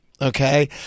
Okay